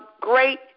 great